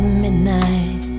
midnight